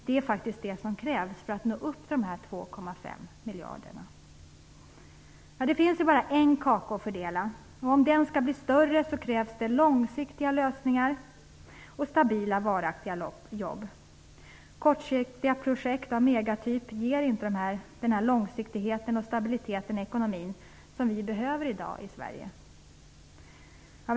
Det är faktiskt det som krävs för att nå upp till dessa 2,5 Det finns bara en kaka att fördela. Om den skall bli större krävs det långsiktiga lösningar och stabila, varaktiga jobb. Kortsiktiga megaprojekt ger inte den långsiktighet och stabilitet i ekonomin som vi behöver i Sverige i dag.